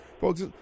Folks